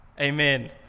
Amen